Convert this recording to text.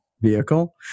Vehicle